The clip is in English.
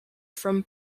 from